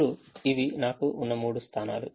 ఇప్పుడు ఇవి నాకు ఉన్న మూడు స్థానాలు